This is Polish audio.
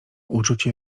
uczucie